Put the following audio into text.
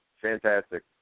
Fantastic